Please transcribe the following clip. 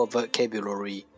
Vocabulary